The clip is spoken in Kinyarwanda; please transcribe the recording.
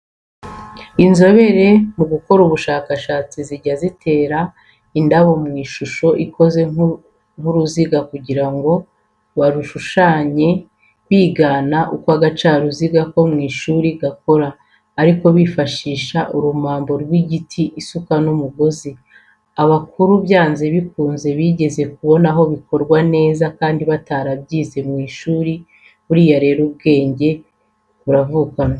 Inzobere mu gukora ubusitani zijya zitera indabo mu ishusho ikoze nk'uruziga kugira ngo barushushanye bigana uko agacaruziga ko mu ishuri gakora, ariko bakifashisha urumambo rw'igiti, isuka n'umugozi. Abakuru byanze bikunze bigeze kubona aho bikorwa neza kandi batarabyize mu ishuri, buriya rero ubwenge buravukanwa.